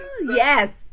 Yes